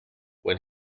when